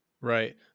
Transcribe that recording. Right